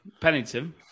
Pennington